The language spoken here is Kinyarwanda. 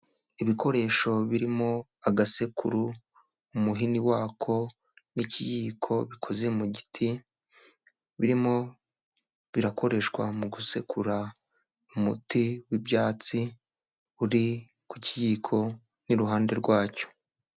Ibikoresho birimo agasekuru, umuhini wako n'ikiyiko bikoze mu giti, birimo birakoreshwa mu gusekura umuti w'ibyatsi uri kuyiko n'iruhande rwacyo.